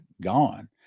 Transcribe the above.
gone